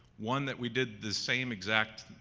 one that we did the same exact